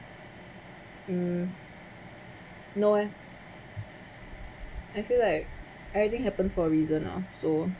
mm no eh I feel like everything happens for a reason ah so